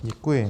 Děkuji.